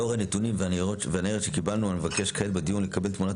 לאור הנתונים והניירת שקיבלנו אני מבקש כעת בדיון לקבל תמונת